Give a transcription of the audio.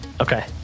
okay